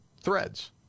Threads